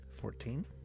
Fourteen